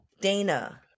Dana